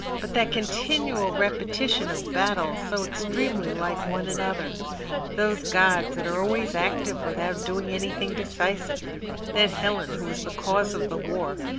but that continual repetition of battles, so extremely like one another those gods that are always active without doing anything decisive that helen who is the cause of the war,